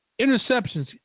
interceptions